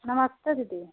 नमस्ते दीदी